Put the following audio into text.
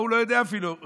ההוא לא יודע אפילו,